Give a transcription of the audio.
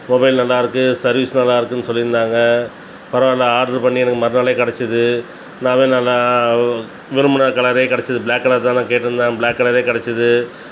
mobile நல்லாருக்குது service நல்லாருக்குதுனு சொல்லி இருந்தாங்கள் பரவாயில்ல ஆர்டர் பண்ணி எனக்கு மறுநாளே கிடச்சிது நான் நல்லா விரும்புன கலரே கிடச்சிது பிளாக் கலர் தான் நான் கேட்டு இருந்தேன் பிளாக் கலரே கிடச்சிது